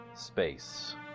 space